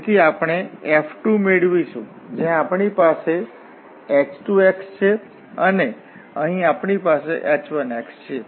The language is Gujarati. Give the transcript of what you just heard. તેથી આપણે F2 મેળવીશું જ્યાં આપણી પાસે h2 છે અને અહીં આપણી પાસે h1 છે